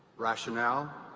rationale